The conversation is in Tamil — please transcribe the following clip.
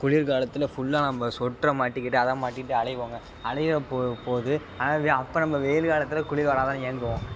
குளிர்காலத்தில் ஃபுல்லாக நம்ப சொட்டரை மாட்டிக்கிட்டு அதை மாட்டிக்கிட்டு அலைவோம்ங்க அலையிறப்போ போது ஆனால் அப்போ நம்ப வெயில் காலத்தில் குளிர் வராதான்னு ஏங்குவோம்